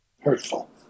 hurtful